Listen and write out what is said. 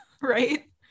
right